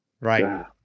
Right